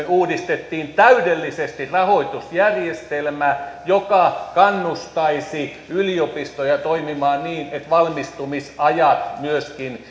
uudistettiin täydellisesti rahoitusjärjestelmä joka kannustaisi yliopistoja toimimaan niin että valmistumisajat myöskin